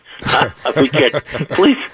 Please